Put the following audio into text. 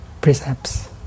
precepts